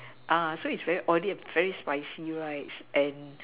so it's very oily and very spicy right